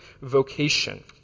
vocation